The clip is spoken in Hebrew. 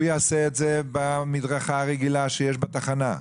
הוא יעשה את זה במדרכה הרגילה שיש בתחנה.